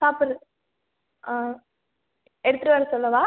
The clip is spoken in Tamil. சாப்பிடுறது ஆ எடுத்துட்டு வர சொல்லவா